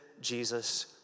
Jesus